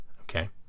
Okay